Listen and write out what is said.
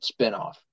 spinoff